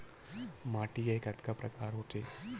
माटी के कतका प्रकार होथे?